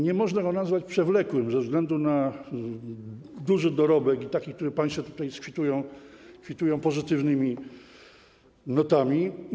Nie można go nazwać przewlekłym ze względu na duży dorobek, taki, który państwo tutaj kwitują pozytywnymi notami.